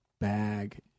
bag